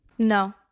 no